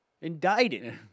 Indicted